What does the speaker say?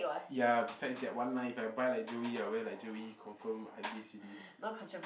ya besides that one line if I buy like Joey I wear like Joey confirm hype beast ready